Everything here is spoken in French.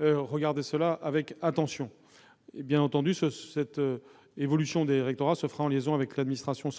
je vais examiner ce dossier avec attention. Bien entendu, cette évolution des rectorats se fera en liaison avec l'administration.